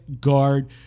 guard